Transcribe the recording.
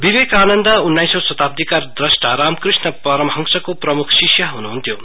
विवेकानन्द उन्नाइसौं शताब्दीका द्रष्टा रामकृष्ण परमहंशको प्रमुख शिष्य हुनुहुन्थ्यो